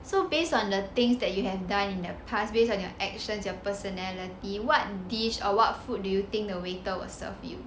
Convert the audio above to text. so based on the things that you have done in the past based on your actions your personality what dish or what food do you think the waiter will serve you